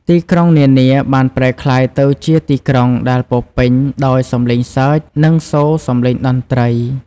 ទីក្រុងនានាបានប្រែក្លាយទៅជាទីក្រុងដែលពោរពេញដោយសំឡេងសើច និងសូរសំឡេងតន្ត្រី។